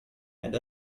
and